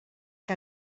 que